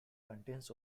contains